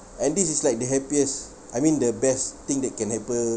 and this is like the happiest I mean the best thing that can happen